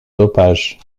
dopage